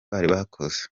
bakoze